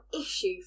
issue